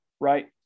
right